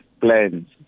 plans